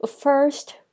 first